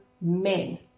men